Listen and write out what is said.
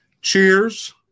Cheers